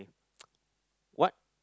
what